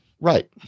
Right